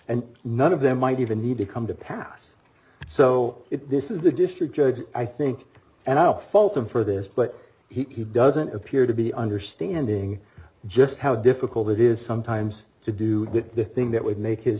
and none of them might even need to come to pass so this is the district judge i think and i don't fault him for this but he doesn't appear to be understanding just how difficult it is sometimes to do the thing that would make his